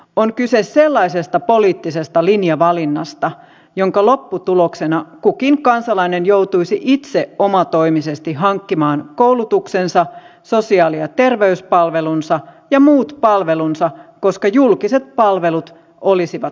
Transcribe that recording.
on kyse sellaisesta poliittisesta linjavalinnasta jonka lopputuloksena kukin kansalainen joutuisi itse omatoimisesti hankkimaan koulutuksensa sosiaali ja terveyspalvelunsa ja muut palvelunsa koska julkiset palvelut olisivat niukkoja